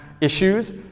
issues